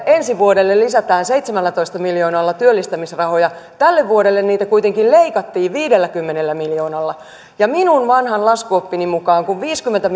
ensi vuodelle lisätään seitsemällätoista miljoonalla työllistämisrahoja tälle vuodelle niitä kuitenkin leikattiin viidelläkymmenellä miljoonalla ja minun vanhan laskuoppini mukaan kun viisikymmentä